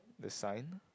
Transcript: the sign